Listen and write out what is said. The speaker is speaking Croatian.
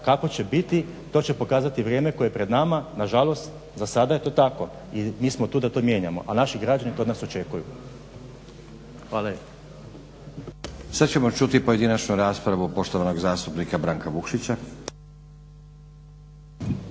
kako će biti to će pokazati vrijeme koje je pred nama. Nažalost za sada je to tako. I mi smo tu da to mijenjamo. A naši građani to od nas očekuju. Hvala. **Stazić, Nenad (SDP)** Sad ćemo čuti pojedinačnu raspravu poštovanog zastupnika Branka Vukšića.